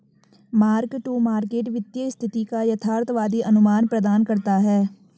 mark to market वित्तीय स्थिति का यथार्थवादी अनुमान प्रदान करता है